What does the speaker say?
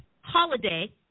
holiday